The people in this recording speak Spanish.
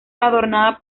adornada